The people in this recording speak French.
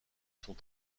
sont